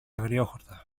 αγριόχορτα